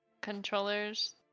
controllers